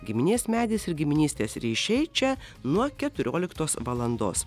giminės medis ir giminystės ryšiai čia nuo keturioliktos valandos